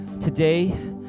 Today